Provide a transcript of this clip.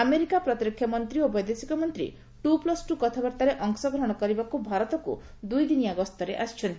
America ପ୍ରତିରକ୍ଷା ମନ୍ତ୍ରୀ ଓ ବୈଦେଶିକ ମନ୍ତ୍ରୀ ଟୁ ପ୍ଲୁସ ଟୁ କଥାବାର୍ତ୍ତାରେ ଅଂଶଗ୍ରହଣ କରିବାକୁ ଭାରତକୁ ଦୁଇଦିନ ଗସ୍ତରେ ଆସିଛନ୍ତି